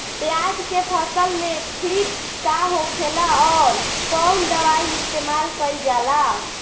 प्याज के फसल में थ्रिप्स का होखेला और कउन दवाई इस्तेमाल कईल जाला?